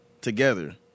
Together